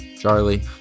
Charlie